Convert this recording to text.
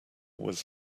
was